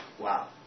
Wow